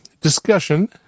discussion